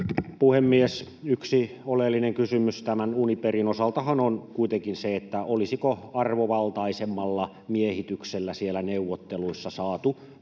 puhemies! Yksi oleellinen kysymys tämän Uniperin osaltahan on kuitenkin se, olisiko arvovaltaisemmalla miehityksellä siellä neuvotteluissa saatu